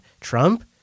Trump